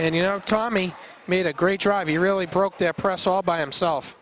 and you know tommy made a great drive you really broke their press all by himself